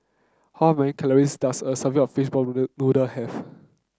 how many calories does a serving of Fishball Noodle noodle have